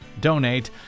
donate